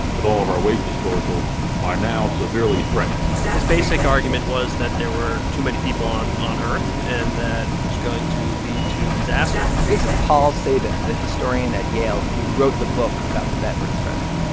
with all of our waste disposal are now severely threatened his basic argument was that there were too many people on on earth. and that was going to lead to disaster this is paul sabin, the historian at yale who wrote the book about the bet we're describing.